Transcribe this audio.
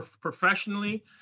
professionally